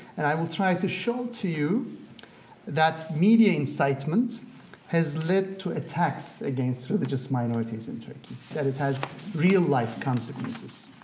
and i will try to show to you that media incitement has led to attacks against religious minorities in turkey, that it has real-life consequences.